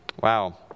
Wow